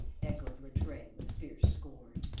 echoed rattray with fierce scorn.